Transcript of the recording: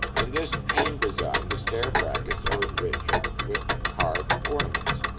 in this pain design, the stair brackets are enrich with carved ornaments.